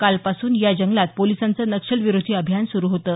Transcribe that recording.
कालपासून या जंगलात पोलिसांचं नक्षलविरोधी अभियान सुरू होतं